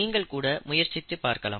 நீங்கள் கூட முயற்சித்துப் பார்க்கலாம்